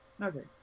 Okay